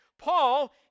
Paul